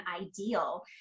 ideal